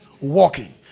walking